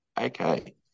okay